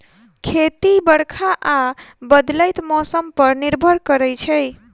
खेती बरखा आ बदलैत मौसम पर निर्भर करै छै